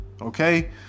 okay